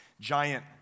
giant